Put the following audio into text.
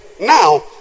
Now